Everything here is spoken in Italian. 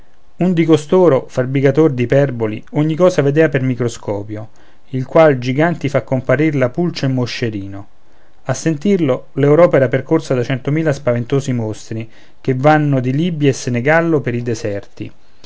un di costoro fabbricator d'iperboli ogni cosa vedea per microscopio il qual giganti fa comparir la pulce e il moscerino a sentirlo l'europa era percorsa da centomila spaventosi mostri come vanno di libia e senegallo per i deserti